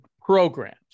programs